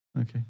Okay